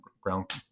ground